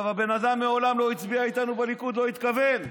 הבן אדם מעולם לא הצביע איתנו בליכוד, לא התכוון.